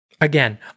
Again